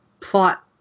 plot